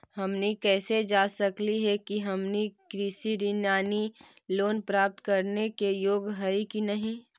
हमनी कैसे जांच सकली हे कि हमनी कृषि ऋण यानी लोन प्राप्त करने के योग्य हई कि नहीं?